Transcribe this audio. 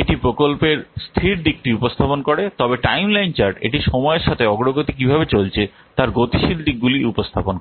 এটি প্রকল্পের স্থির দিকটি উপস্থাপন করে তবে টাইমলাইন চার্ট এটি সময়ের সাথে অগ্রগতি কীভাবে চলছে তার গতিশীল দিকগুলি উপস্থাপন করে